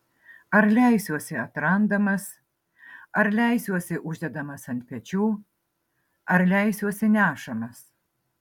ar leisiuosi atrandamas ar leisiuosi uždedamas ant pečių ar leisiuosi nešamas